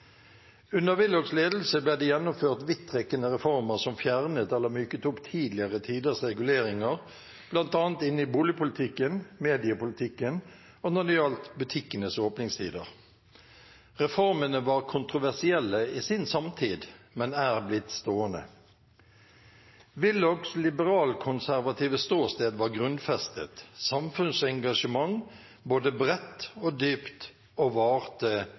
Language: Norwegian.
Under Willochs ledelse ble det gjennomført vidtrekkende reformer som fjernet eller myket opp tidligere tiders reguleringer, bl.a. inn i boligpolitikken og mediepolitikken og når det gjaldt butikkenes åpningstider. Reformene var kontroversielle i sin samtid, men er blitt stående. Willochs liberalkonservative ståsted var grunnfestet. Samfunnsengasjementet var både bredt og dypt og